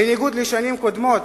בניגוד לשנים קודמות,